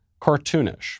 cartoonish